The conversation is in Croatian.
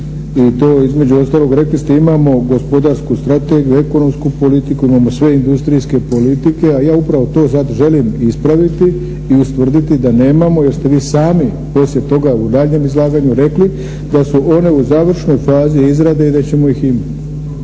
i to između ostalog rekli ste imamo gospodarsku strategiju, ekonomsku politiku, imamo sve industrijske politike, a ja upravo to sad želim ispraviti i ustvrditi da nemamo jer ste vi sami poslije toga u daljnjem izlaganju rekli da su one u završnoj fazi izrade i da ćemo ih imati.